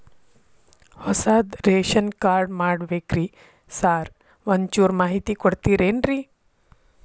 ಹೊಸದ್ ration card ಮಾಡ್ಬೇಕ್ರಿ sir ಒಂಚೂರ್ ಮಾಹಿತಿ ಕೊಡ್ತೇರೆನ್ರಿ?